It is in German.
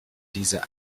diese